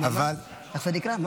איך זה נקרא?